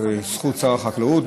בזכות שר החקלאות,